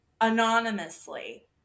anonymously